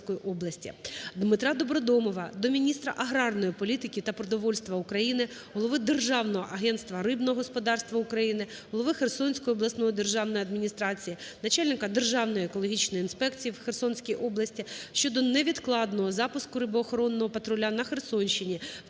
ДмитраДобродомова до міністра аграрної політики та продовольства України, голови Державного агентства рибного господарства України, голови Херсонської обласної державної адміністрації, начальника Державної екологічної інспекції в Херсонській області щодо невідкладного запуску рибоохоронного патруля на Херсонщині в